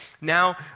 Now